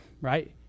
right